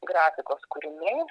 grafikos kūriniai